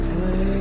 play